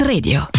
Radio